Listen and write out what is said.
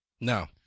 Now